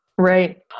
right